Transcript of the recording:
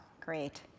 Great